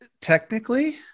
technically